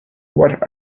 what